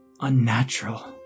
Unnatural